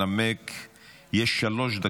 ראשון המנמקים,